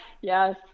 Yes